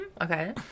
Okay